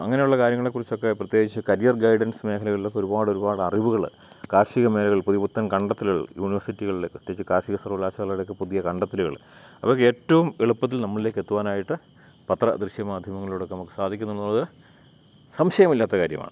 അങ്ങനെയുള്ള കാര്യങ്ങളെക്കുറിച്ചൊക്കെ പ്രത്യേകിച്ച് കരിയർ ഗൈഡൻസ് മേഖലകളിലൊക്കെ ഒരുപാട് ഒരുപാട് അറിവുകൾ കാർഷിക മേഖലകൾ പുതിയ പുത്തൻ കണ്ടെത്തലുകൾ യൂണിവേഴ്സിറ്റികളിലെ പ്രത്യേകിച്ച് കാർഷിക സർവകലാശാലയുടെയൊക്കെ പുതിയ കണ്ടെത്തലുകൾ അവയ്ക്ക് ഏറ്റവും എളുപ്പത്തിൽ നമ്മളിലേക്ക് എത്തുവാനായിട്ട് പത്രദൃശ്യമാധ്യമങ്ങളിലൂടെയൊക്കെ നമുക്ക് സാധിക്കുന്നുവെന്നുള്ളത് സംശയമില്ലാത്ത കാര്യമാണ്